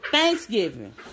Thanksgiving